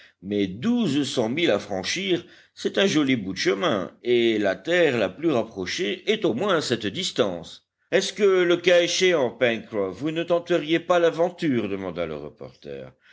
mais douze cents milles à franchir c'est un joli bout de chemin et la terre la plus rapprochée est au moins à cette distance est-ce que le cas échéant pencroff vous ne tenteriez pas l'aventure demanda le reporter